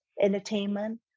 entertainment